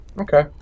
Okay